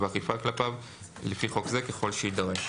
והאכיפה כלפיו לפי חוק זה ככל שיידרש.